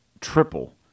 triple